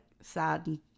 sad